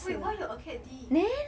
wait why your acad~ D